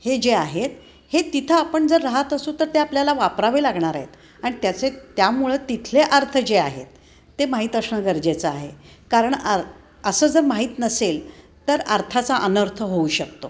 हे जे आहेत हे तिथं आपण जर राहत असू तर ते आपल्याला वापरावे लागणार आहेत आणि त्याचे त्यामुळं तिथले अर्थ जे आहेत ते माहीत असणं गरजेचं आहे कारण आ असं जर माहीत नसेल तर अर्थाचा अनर्थ होऊ शकतो